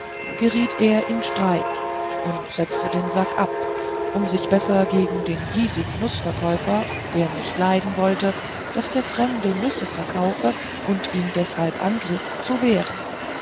geriet er in streit und setzte den sack ab um sich besser gegen den hiesigen nußverkäufer der nicht leiden wollte daß der fremde nüsse verkaufe und ihn deshalb angriff zu wehren